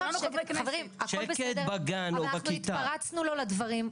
חברים, הכל בסדר, אנחנו התפרצנו לו לדברים.